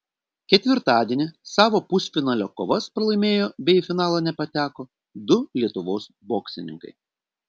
ketvirtadienį savo pusfinalio kovas pralaimėjo bei į finalą nepateko du lietuvos boksininkai